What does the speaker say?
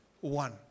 one